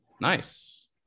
Nice